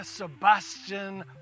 Sebastian